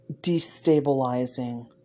destabilizing